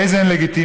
איזה הן לגיטימיות?